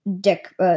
deck